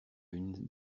une